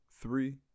three